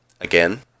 Again